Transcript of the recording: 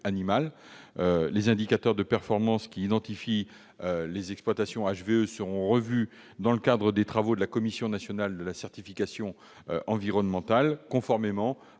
Les indicateurs de performance qui identifient les exploitations bénéficiant de ce label seront revus dans le cadre des travaux de la Commission nationale de la certification environnementale, afin de mieux